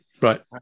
Right